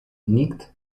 nikt